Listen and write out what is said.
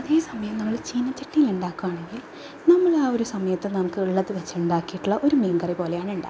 അതേസമയം നമ്മൾ ചീനചട്ടിയിലുണ്ടാക്കുകയാണെങ്കിൽ നമ്മളാ ഒരു സമയത്ത് നമുക്കുള്ളത് വെച്ചുണ്ടാക്കിയിട്ടുള്ള ഒരു മീങ്കറി പോലെയാണ് ഉണ്ടാകുക